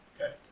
Okay